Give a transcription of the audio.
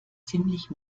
ziemlich